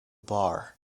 bar